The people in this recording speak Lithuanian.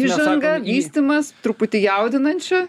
įžanga vystymas truputį jaudinančio